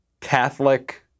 Catholic